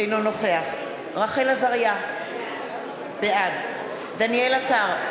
אינו נוכח רחל עזריה, בעד דניאל עטר,